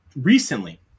recently